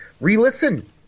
re-listen